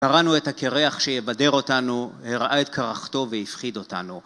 קראנו את הקרח שיבדר אותנו, הראה את קרחתו והפחיד אותנו.